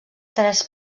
tres